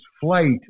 flight